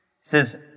says